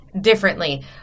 Differently